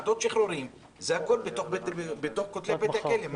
ועדות שחרורים זה הכול בתוך כותלי בית הכלא.